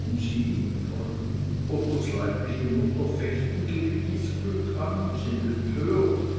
und sie freundin ottos leibliche mutter fechten gegen dies glück an und sind empört